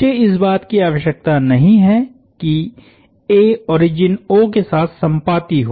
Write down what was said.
मुझे इस बात की आवश्यकता नहीं है कि A ओरिजिन O के साथ संपाती हो